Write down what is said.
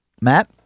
Matt